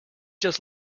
just